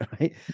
right